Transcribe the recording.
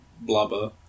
blubber